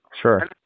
Sure